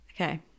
Okay